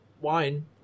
wine